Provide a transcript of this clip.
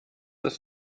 das